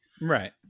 right